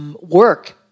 work